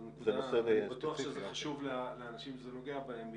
אני בטוח שזה חשוב לאנשים שזה נוגע בהם,